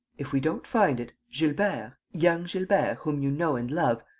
if we don't find it, gilbert, young gilbert whom you know and love,